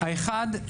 האחד,